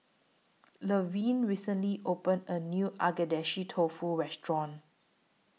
Levern recently opened A New Agedashi Dofu Restaurant